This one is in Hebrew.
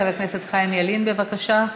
חבר הכנסת חיים ילין, בבקשה,